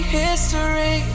history